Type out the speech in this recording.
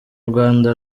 rwanda